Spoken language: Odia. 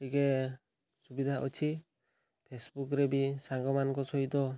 ଟିକେ ସୁବିଧା ଅଛି ଫେସବୁକ୍ରେ ବି ସାଙ୍ଗମାନଙ୍କ ସହିତ